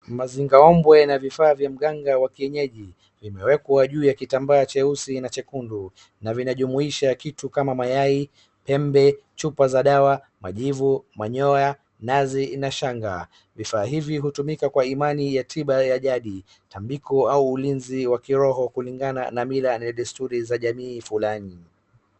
Mazingaombwe na vifaa za mganga wa kienyeji vimewekwa juu ya kitambaa cheusi na chekundu na zinajumuisha kitu kama mayai, pembe, chupa za dawa, majivu, manyoya, nazi na shanga. Vifaaa hivi hutumika kwa imani ya tiba ya jadi, tabiko au ulizi wa kiroho kulingana na mila za desturi za jamii fulani.